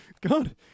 God